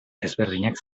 ezberdinak